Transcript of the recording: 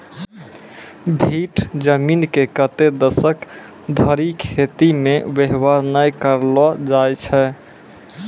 भीठ जमीन के कतै दसक धरि खेती मे वेवहार नै करलो जाय छै